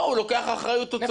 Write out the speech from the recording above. הוא צודק.